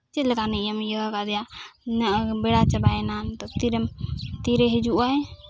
ᱪᱮᱫ ᱞᱮᱠᱟ ᱱᱤᱡᱼᱮᱢ ᱤᱭᱟᱹ ᱟᱠᱟᱫᱮᱭᱟ ᱵᱮᱲᱟ ᱪᱟᱵᱟᱭᱮᱱᱟ ᱱᱤᱛᱳᱜ ᱛᱤᱨᱮᱢ ᱛᱤᱨᱮ ᱦᱤᱡᱩᱜ ᱟᱭ